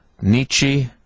Nietzsche